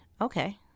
Okay